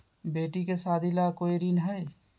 बेटी के सादी ला कोई ऋण हई?